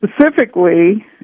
Specifically